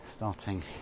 Starting